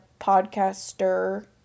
podcaster